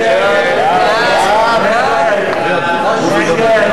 מי נמנע?